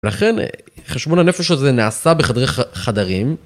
לכן חשבון הנפש הזה נעשה בחדרי חדרים.